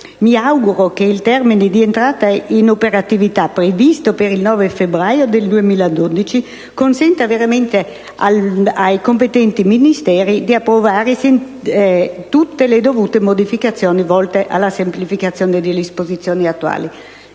Mi auguro che il termine di entrata in operatività, previsto per il 9 febbraio del 2012, consenta veramente ai competenti Ministeri di approvare tutte le dovute modificazioni volte alla semplificazione delle disposizioni attuali.